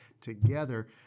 together